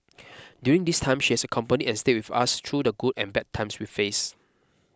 during this time she has accompanied and stayed with us through the good and bad times we faced